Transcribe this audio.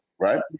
right